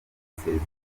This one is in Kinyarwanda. isezerano